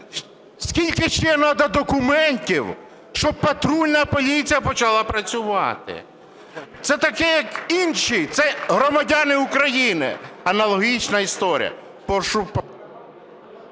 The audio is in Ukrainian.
Скільки ще треба документів, щоб патрульна поліція почала працювати? Це таке, як "інші" – це громадяни України, аналогічна історія.